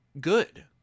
good